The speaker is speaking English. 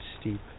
steep